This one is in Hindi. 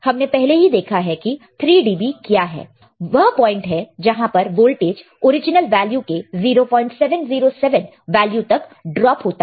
हमने पहले ही देखा है कि 3 dB क्या है वह पॉइंट है जहां पर वोल्टेज ओरिजिनल वैल्यू के 0707 वैल्यू तक ड्रॉप होता है